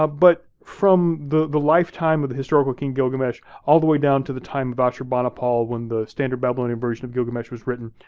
but from the the lifetime of the historical king, gilgamesh, all the way down to the time of ashurbanipal when the standard babylonian version of gilgamesh was written,